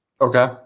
okay